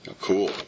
cool